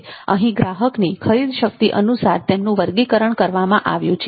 અહીં ગ્રાહકની ખરીદ શક્તિ અનુસાર તેમનું વર્ગીકરણ કરવામાં આવ્યું છે